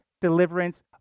deliverance